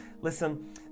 Listen